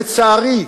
לצערי,